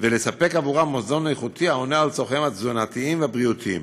ולספק עבורם מזון איכותי העונה על צורכיהם התזונתיים והבריאותיים.